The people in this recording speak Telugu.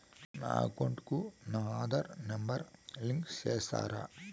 నా అకౌంట్ కు నా ఆధార్ నెంబర్ లింకు చేసారా